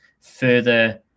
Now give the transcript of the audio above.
further